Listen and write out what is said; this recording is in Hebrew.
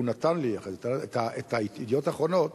והוא נתן לי את "ידיעות אחרונות",